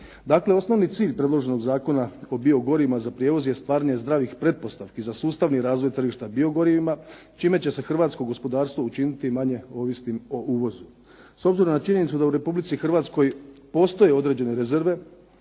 Dakle, osnovni cilj predloženog zakona o biogorivima je stvaranje zdravih pretpostavki za sustavni razvoj tržišta biogorivima čime će se hrvatsko gospodarstvo učiniti manje ovisnim o uvozu. S obzirom na činjenicu da u Republici postoje određene rezerve